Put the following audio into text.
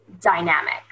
dynamic